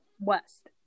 west